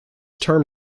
term